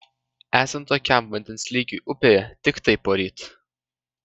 esant tokiam vandens lygiui upėje tiktai poryt